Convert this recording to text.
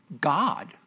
God